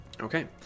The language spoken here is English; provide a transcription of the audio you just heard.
Okay